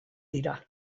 dira